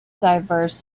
diverse